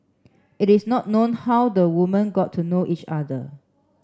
it is not known how the woman got to know each other